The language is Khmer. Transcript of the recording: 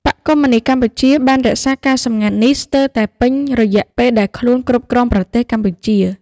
បក្សកុម្មុយនីស្តកម្ពុជាបានរក្សាការសម្ងាត់នេះស្ទើរតែពេញរយៈពេលដែលខ្លួនគ្រប់គ្រងប្រទេសកម្ពុជា ។